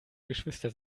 geschwister